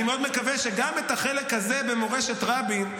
אני מאוד מקווה שגם את החלק הזה במורשת רבין,